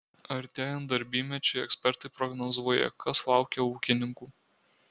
artėjant darbymečiui ekspertai prognozuoja kas laukia ūkininkų